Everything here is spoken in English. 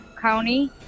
County